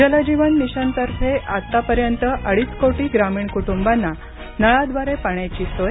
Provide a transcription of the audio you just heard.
जल जीवन मिशनद्वारे आतापर्यंत अडीच कोटी ग्रामीण कुटुंबांना नळाद्वारे पाण्याची सोय